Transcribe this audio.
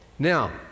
Now